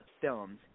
films